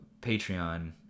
Patreon